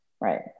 Right